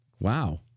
Wow